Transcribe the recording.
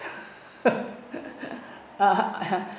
(uh huh)